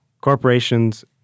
corporations